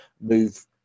move